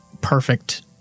perfect